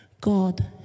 God